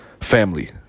family